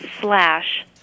slash